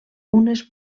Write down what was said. unes